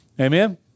Amen